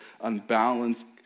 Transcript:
unbalanced